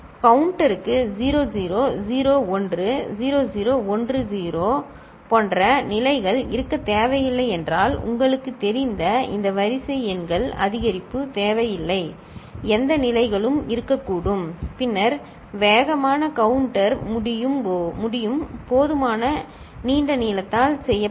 கவுண்டருக்கு 0 0 0 1 0 0 1 0 போன்ற நிலைகள் இருக்கத் தேவையில்லை என்றால் உங்களுக்குத் தெரிந்த இந்த வரிசை எண்கள் அதிகரிப்பு தேவையில்லை - எந்த நிலைகளும் இருக்கக்கூடும் பின்னர் வேகமான கவுண்டர் முடியும் போதுமான நீண்ட நீளத்தால் செய்யப்படும்